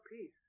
peace